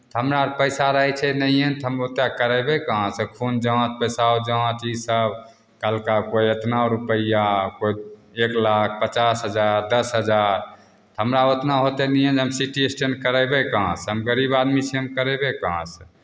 हमरा आर पैसा रहै छै नहिए तऽ हम ओतेक करयबै कहाँसँ खून जाँच पेशाब जाँच इसभ कहलकै कोइ इतना रुपैआ कोइ एक लाख पचास हजार दस हजार हमरा उतना होतै नहिए जे हम सी टी स्टैन करयबै कहाँसँ हम गरीब आदमी छियै हम करयबै कहाँसँ